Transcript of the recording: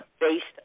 based